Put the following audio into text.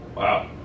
Wow